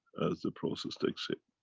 as the process takes shape,